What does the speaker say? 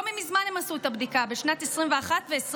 לא מזמן הם עשו את הבדיקה, בשנת 2021 ו-2022.